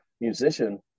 musician